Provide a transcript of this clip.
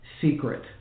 secret